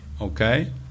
okay